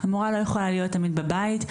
המורה לא יכולה להיות תמיד בבית,